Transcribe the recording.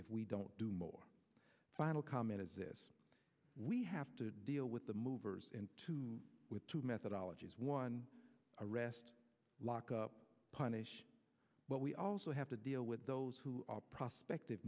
if we don't do more final comment is this we have to deal with the movers and to with two methodologies one arrest lock up punish but we also have to deal with those who prospect